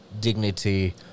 dignity